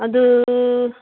ꯑꯗꯨ